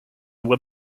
were